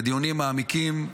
בדיונים מעמיקים,